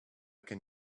can